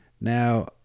Now